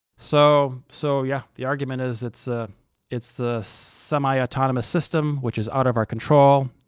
so so yeah, the argument is it's ah it's a semi-autonomous system which is out of our control,